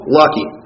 lucky